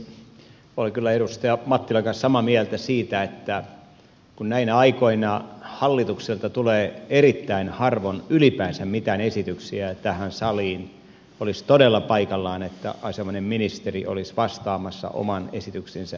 olen kyllä edustaja mattilan kanssa samaa mieltä siitä että kun näinä aikoina hallitukselta tulee erittäin harvoin ylipäänsä mitään esityksiä tähän saliin olisi todella paikallaan että asianomainen ministeri olisi vastaamassa oman esityksensä esittelystä